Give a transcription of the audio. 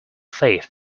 faith